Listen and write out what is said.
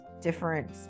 different